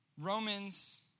Romans